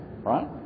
Right